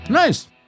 Nice